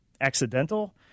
accidental